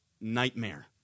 nightmare